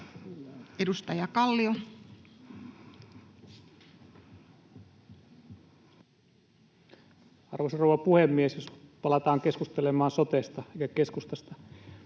Content: Arvoisa rouva puhemies! Jos palataan keskustelemaan sotesta eikä keskustasta.